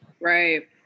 Right